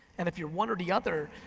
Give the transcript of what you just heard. and if you're one or the other,